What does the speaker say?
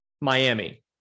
Miami